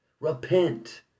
Repent